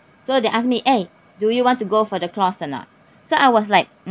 so they ask me eh do you want to go for the course or not so I was like